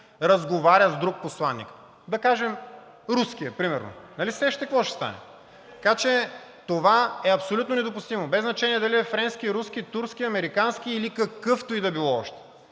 разговаря с друг посланик – да кажем примерно с руския. Нали се сещате какво ще стане?! Така че това е абсолютно недопустимо без значение дали е френски, руски, турски, американски или какъвто и да било още!